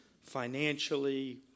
financially